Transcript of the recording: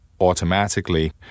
automatically